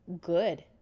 good